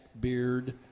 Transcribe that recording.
beard